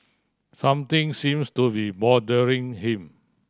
something seems to be bothering him